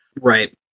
Right